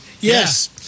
Yes